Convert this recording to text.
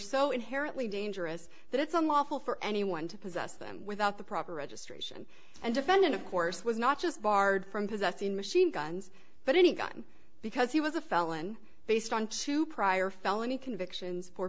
so inherently dangerous that it's unlawful for anyone to possess them without the proper registration and defendant of course was not just barred from possessing machine guns but any gun because he was a felon based on two prior felony convictions